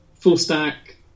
full-stack